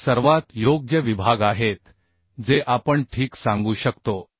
हे सर्वात योग्य विभाग आहेत जे आपण ठीक सांगू शकतो